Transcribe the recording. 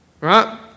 Right